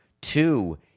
two